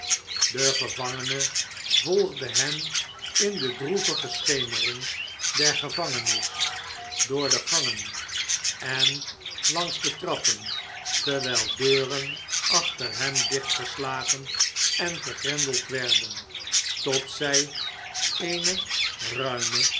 de gevangene volgde hem in de droevige schemering der gevangenis door de gangen en langs de trappen terwjjl deuren achter hem dichtgeslagen en gegrendeld werden tot zh eene ruime